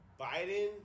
Biden